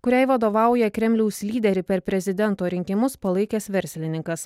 kuriai vadovauja kremliaus lyderį per prezidento rinkimus palaikęs verslininkas